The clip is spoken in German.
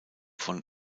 von